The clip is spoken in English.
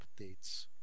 updates